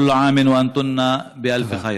כל שנה ואתן באלף טוב.)